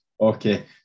Okay